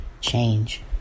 change